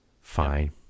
Fine